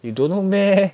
you don't know meh